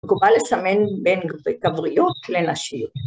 מקובל לסמן בין גבריות לנשיות.